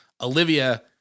Olivia